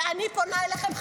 ואני פונה אליכם,